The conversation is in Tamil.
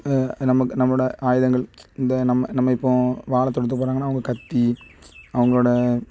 நமக்கு நம்மளோடய ஆயுதங்கள் இந்த நம்ம நம்ம இப்போது வாழைத்தோட்டத்துக்கு போறாங்கன்னா அவங்க கத்தி அவங்களோட